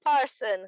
person